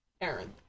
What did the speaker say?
Aaron